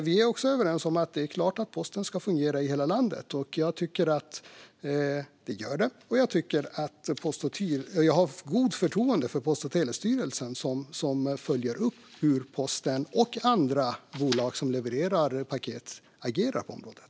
Vi är också överens om att det är klart att posten ska fungera i hela landet. Jag tycker att den gör det, och jag har gott förtroende för Post och telestyrelsen som följer upp hur posten och andra bolag som levererar paket agerar på området.